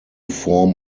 form